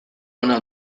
ona